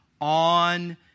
on